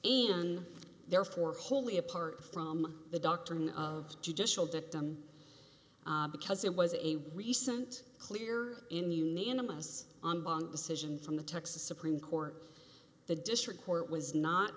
and therefore wholly apart from the doctrine of judicial dictum because it was a recent clear in unanimous on buying decision from the texas supreme court the district court was not